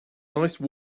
nice